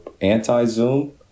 anti-Zoom